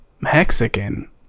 mexican